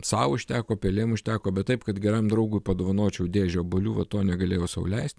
sau užteko pelėm užteko bet taip kad geram draugui padovanočiau dėžę obuolių va to negalėjau sau leist